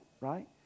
Right